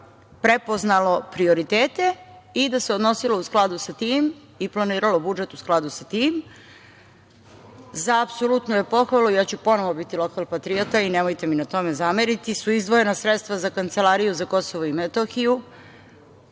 prepoznalo prioritete i da se odnosilo u skladu sa tim i planiralo budžet u skladu sa tim. Za apsolutnu je pohvalu i ja ću ponovo biti lokal patriota i nemojte mi na tome zameriti, što su izdvojena sredstva za Kancelariju za KiM u iznosu